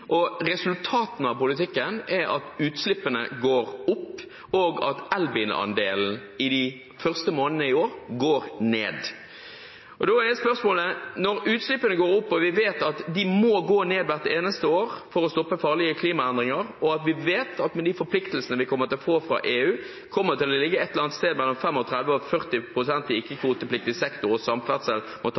og resultatene av politikken er at utslippene går opp, og at elbil-andelen i de første månedene i år går ned. Når utslippene går opp, når vi vet at de må gå ned hvert eneste år for å stoppe farlige klimaendringer, når vi vet at de forpliktelsene vi kommer til å få fra EU, kommer til å ligge et eller annet sted mellom 35 og 40 pst. i ikke-kvotepliktig sektor og samferdsel må ta